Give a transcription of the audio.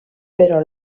però